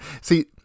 see